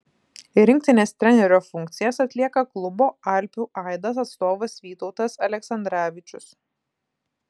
rinktinės trenerio funkcijas atlieka klubo alpių aidas atstovas vytautas aleksandravičius